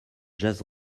jazz